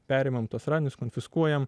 perimam tuos radinius konfiskuojam